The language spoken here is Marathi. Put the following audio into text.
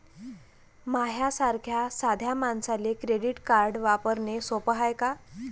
माह्या सारख्या साध्या मानसाले क्रेडिट कार्ड वापरने सोपं हाय का?